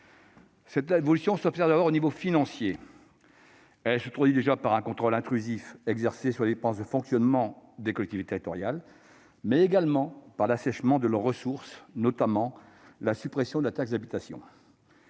Cette évolution s'observe d'abord au niveau financier, par un contrôle intrusif exercé sur les dépenses de fonctionnement des collectivités territoriales, mais également par l'assèchement de leurs ressources, notamment la suppression de la taxe d'habitation.